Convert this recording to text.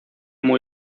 muy